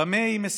עמאד גנאים,